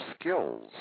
skills